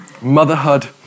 Motherhood